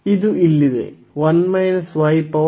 ಇದು ಇಲ್ಲಿದೆ